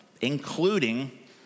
including